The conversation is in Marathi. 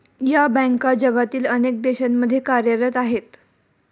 या बँका जगातील अनेक देशांमध्ये कार्यरत आहेत